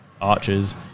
arches